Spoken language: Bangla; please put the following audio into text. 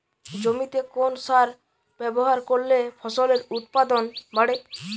জমিতে কোন সার ব্যবহার করলে ফসলের উৎপাদন বাড়ে?